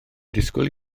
disgwyl